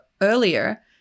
earlier